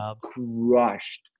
crushed